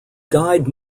guide